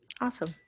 awesome